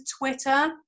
Twitter